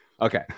okay